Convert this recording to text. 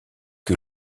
que